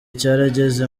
cyarageze